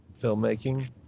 Filmmaking